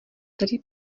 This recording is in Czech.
celý